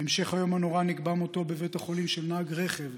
בהמשך היום הנורא נקבע בבית החולים מותו של נהג רכב,